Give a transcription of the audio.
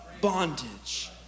bondage